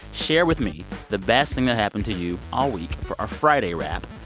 share with me the best thing that happened to you all week for our friday wrap.